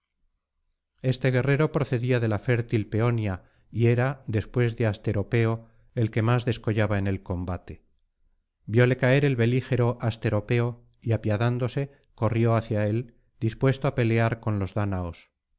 este guerrero procedía de la fértil peonía y era después de asteropeo el que más descollaba en el combate viole caer el belígero asteropeo y apiadándose corrió hacia él dispuesto á pelear con los dáñaos